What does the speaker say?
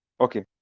Okay